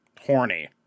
Horny